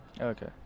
Okay